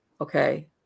Okay